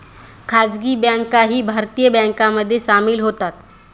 खासगी बँकाही भारतीय बँकांमध्ये सामील होतात